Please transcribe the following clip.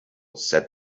said